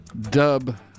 dub